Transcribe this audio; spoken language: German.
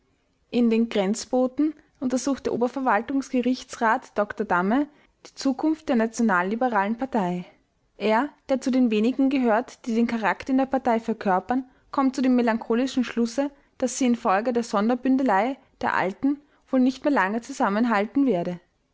in den grenzboten untersucht der oberverwaltungsgerichtsrat dr damme die zukunft der nationalliberalen partei er der zu den wenigen gehört die den charakter in der partei verkörpern kommt zu dem melancholischen schlusse daß sie infolge der sonderbündelei der alten wohl nicht mehr lange zusammenhalten werde